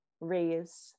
raise